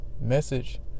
message